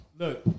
Look